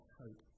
hope